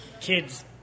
kid's